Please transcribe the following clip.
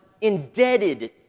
indebted